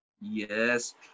Yes